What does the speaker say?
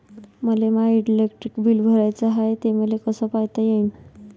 मले my electric bill भराचं हाय, ते मले कस पायता येईन?